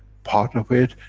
part of it,